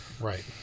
Right